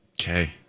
Okay